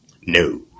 No